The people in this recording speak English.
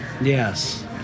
Yes